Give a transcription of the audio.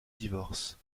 divorce